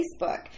Facebook